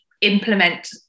implement